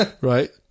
Right